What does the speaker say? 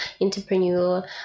entrepreneur